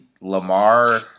Lamar